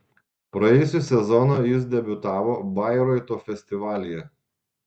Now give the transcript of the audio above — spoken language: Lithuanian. praėjusį sezoną jis debiutavo bairoito festivalyje